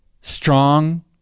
strong